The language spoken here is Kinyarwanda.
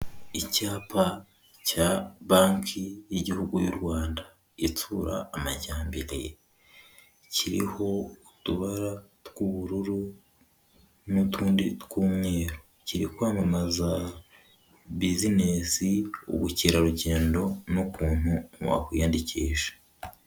Icyapa cya banki y'igihugu y'u Rwanda itsura amajyambere, kiriho utubara tw'ubururu n'utundi tw'umweru kiri kwamamaza bizinesi, ubukerarugendo n'ukuntu wakwiyandikisha.